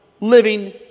living